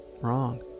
wrong